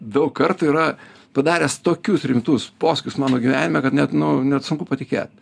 daug kartų yra padaręs tokius rimtus posūkius mano gyvenime kad net nu net sunku patikėt